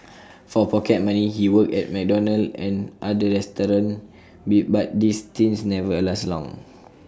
for pocket money he worked at McDonald's and other restaurants be but these stints never lasted long